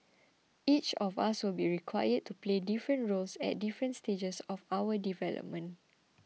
each of us will be required to play different roles at different stages of our development